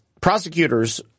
Prosecutors